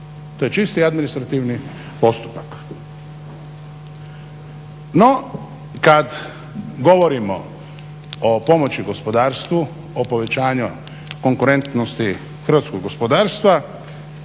To je čisti administrativni postupak. No kad govorimo o pomoći gospodarstvu, o povećanju konkurentnosti hrvatskog gospodarstva,